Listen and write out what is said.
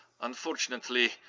Unfortunately